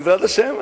בעזרת השם,